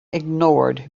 ignored